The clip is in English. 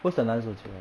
who's the 男主角